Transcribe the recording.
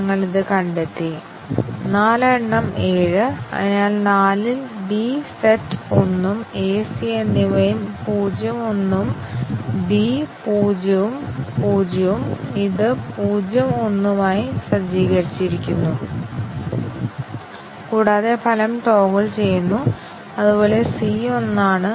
ഞങ്ങൾക്ക് ഒന്നിലധികം condition coverage ഉപയോഗിക്കാൻ കഴിയില്ല പക്ഷേ ടെസ്റ്റ് കണ്ടിഷനുകളുടെ എണ്ണം കുറച്ചുകൊണ്ട് ഒന്നിലധികം കണ്ടീഷൻ കവറേജ് പോലെ തെറ്റ് കണ്ടെത്താനുള്ള കഴിവ് നമുക്ക് നേടാൻ കഴിയുമോ